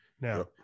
Now